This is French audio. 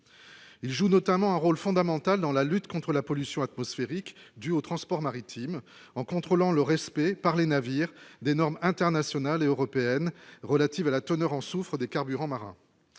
il joue notamment un rôle fondamental dans la lutte contre la pollution atmosphérique due au transport maritime en contrôlant le respect par les navires des normes internationales et européennes relatives à la teneur en soufre des carburants marin,